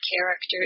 characters